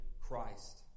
Christ